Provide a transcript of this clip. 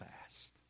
fast